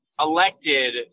elected